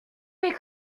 mes